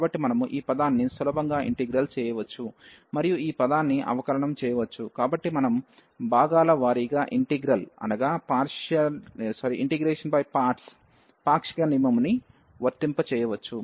కాబట్టి మనము ఈ పదాన్ని సులభంగా ఇంటిగ్రల్ చేయవచ్చు మరియు ఈ పదాన్ని అవకలనం చేయవచ్చు కాబట్టి మనం భాగాల వారీగా ఇంటిగ్రల్ పాక్షిక నియమము ని వర్తింపజేయవచ్చు